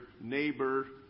neighbor